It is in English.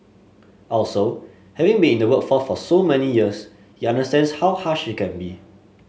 also having been in the workforce for so many years he understands how harsh it can be